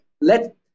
let